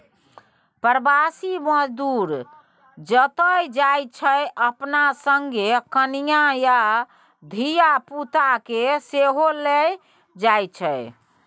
प्रबासी मजदूर जतय जाइ छै अपना संगे कनियाँ आ धिया पुता केँ सेहो लए जाइ छै